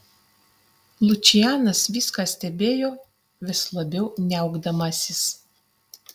lučianas viską stebėjo vis labiau niaukdamasis